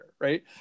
right